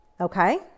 Okay